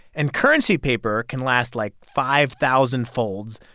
and currency paper can last like five thousand folds.